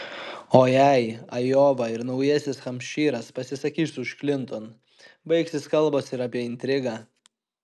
o jei ajova ir naujasis hampšyras pasisakys už klinton baigsis kalbos ir apie intrigą